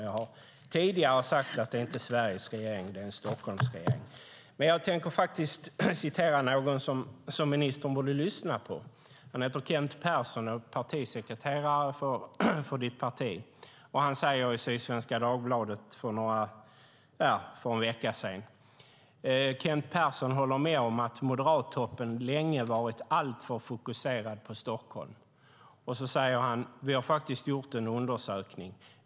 Jag har tidigare sagt att det inte är Sveriges regering utan en Stockholmsregering, men jag tänker citera någon ministern borde lyssna på. Han heter Kent Persson och är partisekreterare för ditt parti, och han intervjuades i Sydsvenska Dagbladet för någon vecka sedan. Det står: "Kent Persson håller med om att Moderattoppen länge varit allt för fokuserad på Stockholm. - Vi har faktiskt gjort en undersökning.